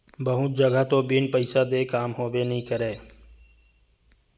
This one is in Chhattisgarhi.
बहुत जघा तो बिन पइसा देय काम होबे नइ करय